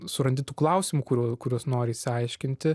surandi tų klausimų kuriuos kuriuos nori išsiaiškinti